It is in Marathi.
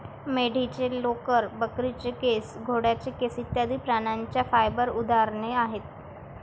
मेंढीचे लोकर, बकरीचे केस, घोड्याचे केस इत्यादि प्राण्यांच्या फाइबर उदाहरणे आहेत